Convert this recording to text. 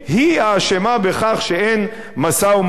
היא האשמה בכך שאין משא-ומתן.